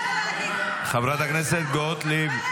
חברת הכנסת גוטליב.